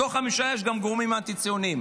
בתוך הממשלה יש גם גורמים אנטי-ציוניים.